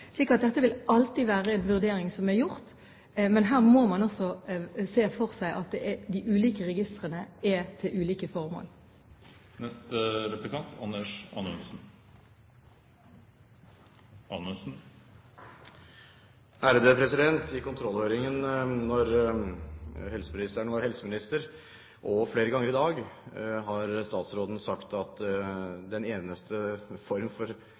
gjort, men her må man også se for seg at de ulike registrene er til ulike formål. I kontrollhøringen, der helseministeren var helseminister, og flere ganger i dag har statsråden sagt at den eneste form for